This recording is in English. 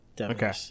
Okay